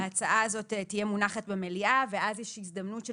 ההצעה הזאת תהיה מונחת במליאה ואז יש הזדמנות של